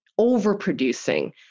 overproducing